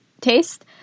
taste